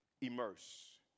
immerse